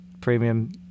premium